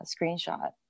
screenshot